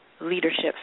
leadership